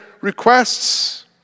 requests